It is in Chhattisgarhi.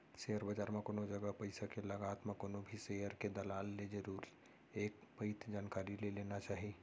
सेयर बजार म कोनो जगा पइसा के लगात म कोनो भी सेयर के दलाल ले जरुर एक पइत जानकारी ले लेना चाही